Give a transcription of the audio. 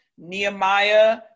Nehemiah